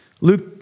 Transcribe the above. Luke